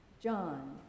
John